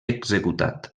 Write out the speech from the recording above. executat